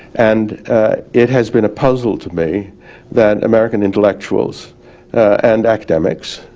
and it has been a puzzle to me that american intellectuals and academics,